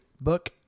book